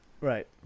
Right